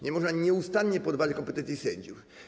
Nie można nieustannie podważać kompetencji sędziów.